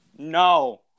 no